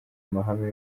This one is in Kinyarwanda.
amahame